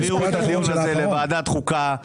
תעבירו את הדיון לוועדת חוקה,